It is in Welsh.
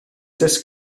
dull